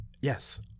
Yes